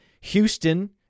Houston